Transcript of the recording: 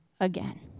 again